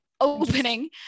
opening